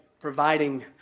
providing